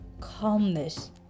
calmness